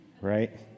right